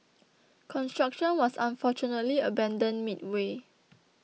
construction was unfortunately abandoned midway